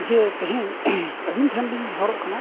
ᱡᱮ ᱛᱮᱦᱮᱧ ᱟᱵᱤᱱ ᱴᱷᱮᱱᱞᱤᱧ ᱱᱮᱦᱚᱨᱚᱜ ᱠᱟᱱᱟ